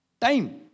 time